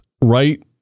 right